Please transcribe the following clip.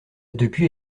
depuis